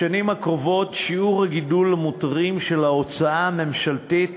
בשנים הקרובות שיעורי הגידול המותרים של ההוצאה הממשלתית